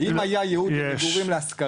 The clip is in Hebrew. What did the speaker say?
אם היה ייעוד למגורים להשכרה.